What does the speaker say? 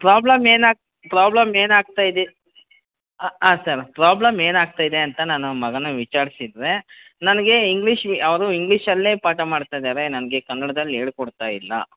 problem ಏನು ಆಗ problem ಏನು ಆಗ್ತಾ ಇದೆ ಆಂ ಸರ್ ಪ್ರಾಬ್ಲಮ್ ಏನು ಆಗ್ತಾ ಇದೆ ಅಂತ ನಾನು ಮಗನ್ನ ವಿಚಾರಿಸಿದರೆ ನನಗೆ ಇಂಗ್ಲೀಷ್ ಅವರು ಇಂಗ್ಲೀಷಲ್ಲೇ ಪಾಠ ಮಾಡ್ತಾ ಇದ್ದಾರೆ ನನಗೆ ಕನ್ನಡದಲ್ಲಿ ಹೇಳ್ ಕೊಡ್ತಾ ಇಲ್ಲ